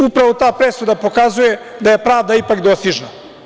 Upravo ta presuda pokazuje da je pravda ipak dostižna.